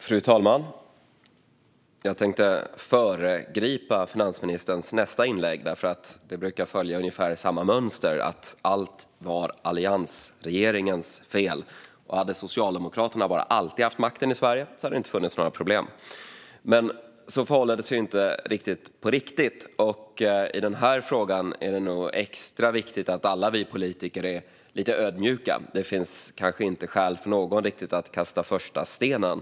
Fru talman! Jag tänkte föregripa finansministerns nästa inlägg, för det brukar följa ungefär samma mönster att allt är alliansregeringens fel och att hade Socialdemokraterna bara alltid haft makten i Sverige skulle det inte ha funnits några problem. Men så förhåller det sig inte riktigt i verkligheten. I den här frågan är det nog extra viktigt att alla vi politiker är lite ödmjuka. Det finns kanske inte skäl för någon att kasta första stenen.